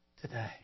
today